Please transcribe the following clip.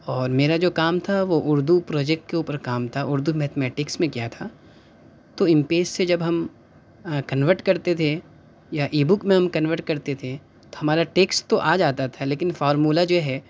اور میرا جو کام تھا وہ اُردو پروجیکٹ کے اُوپر کام تھا اردو میتھ میٹکس میں کیا تھا تو امپیج سے جب ہم کنورٹ کرتے تھے یا ای بک میں ہم کنورٹ کرتے تھے تو ہمارا ٹیکس تو آ جاتا تھا لیکن فارمولہ جو ہے